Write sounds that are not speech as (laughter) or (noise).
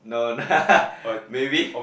no nah (laughs) maybe